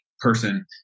person